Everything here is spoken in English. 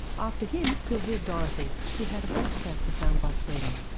after him you'll hear dorothy, who had a breast cancer found by screening.